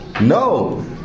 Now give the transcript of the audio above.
No